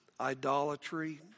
idolatry